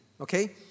okay